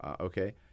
Okay